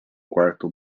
quarto